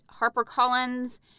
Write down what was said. HarperCollins